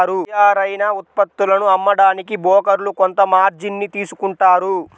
తయ్యారైన ఉత్పత్తులను అమ్మడానికి బోకర్లు కొంత మార్జిన్ ని తీసుకుంటారు